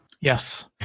Yes